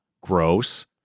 Gross